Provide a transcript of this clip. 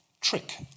trick